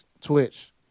Twitch